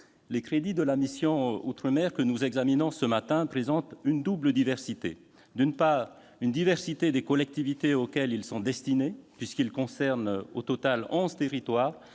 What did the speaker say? les crédits de la mission « Outre-mer » que nous examinons ce matin présentent une double diversité : la diversité des collectivités auxquelles ils sont destinés, d'abord, puisqu'ils concernent au total onze territoires,